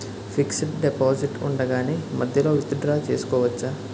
Fixed deposit ఉండగానే మధ్యలో withdraw చేసుకోవచ్చా?